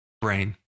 brain